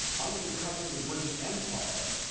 under the cover of the british empire,